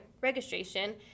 registration